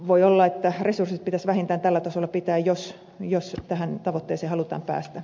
voi olla että resurssit pitäisi vähintään tällä tasolla pitää jos tähän tavoitteeseen halutaan päästä